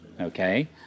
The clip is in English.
Okay